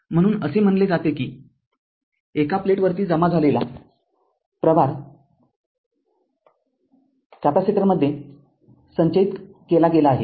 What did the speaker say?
म्हणून असे म्हणले जाते कि एका प्लेटवरती जमा झालेला प्रभार कॅपेसिटरमध्ये संचयित केला गेला आहे